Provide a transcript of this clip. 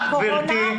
בעת הקורונה,